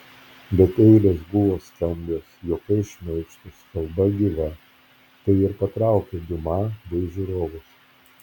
bet eilės buvo skambios juokai šmaikštūs kalba gyva tai ir patraukė diuma bei žiūrovus